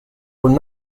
were